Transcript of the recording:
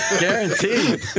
Guaranteed